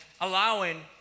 allowing